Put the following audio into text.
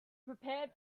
prepared